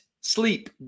sleep